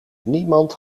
niemand